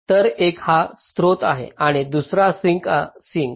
तर एक हा स्रोत आहे आणि दुसरा सिंक